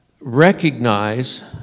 recognize